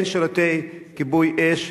אין שירותי כיבוי אש,